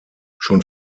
schon